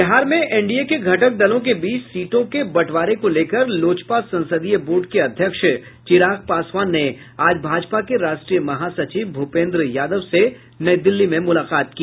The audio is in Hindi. बिहार में एनडीए के घटक दलों के बीच सीटों के बंटवारे को लेकर लोजपा संसदीय बोर्ड के अध्यक्ष चिराग पासवान ने आज भाजपा के राष्ट्रीय महासचिव भूपेन्द्र यादव से नई दिल्ली में मूलाकात की